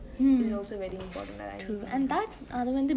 is also very imporant